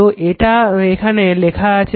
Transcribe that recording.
তো এটা এখানে লেখা আছে